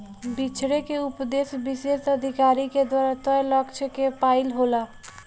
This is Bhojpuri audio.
बिछरे के उपदेस विशेष अधिकारी के द्वारा तय लक्ष्य क पाइल होला